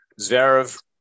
Zverev